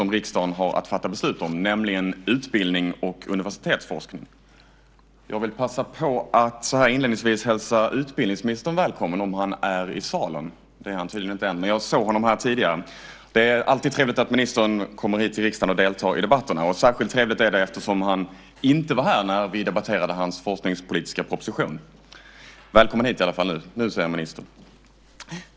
Herr talman! Den här debatten handlar om ett av de allra viktigaste områden som riksdagen har att fatta beslut om, nämligen utbildning och universitetsforskning. Jag vill passa på att så här inledningsvis hälsa utbildningsministern välkommen om han är i salen. Det är han tydligen inte än, men jag såg honom här tidigare. Det är alltid trevligt att ministern kommer hit till riksdagen och deltar i debatterna, och särskilt trevligt är det eftersom han inte var här när vi debatterade hans forskningspolitiska proposition. Välkommen hit i alla fall - nu ser jag ministern!